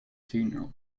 funeral